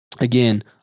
Again